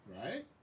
right